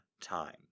time